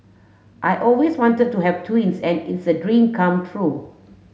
I always wanted to have twins and it's a dream come true